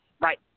Right